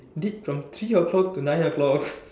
did from three o clock to nine o clock